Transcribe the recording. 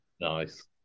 Nice